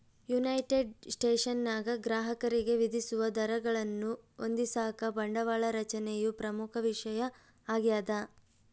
United ಸ್ಟೇಟ್ಸ್ನಾಗ ಗ್ರಾಹಕರಿಗೆ ವಿಧಿಸುವ ದರಗಳನ್ನು ಹೊಂದಿಸಾಕ ಬಂಡವಾಳ ರಚನೆಯು ಪ್ರಮುಖ ವಿಷಯ ಆಗ್ಯದ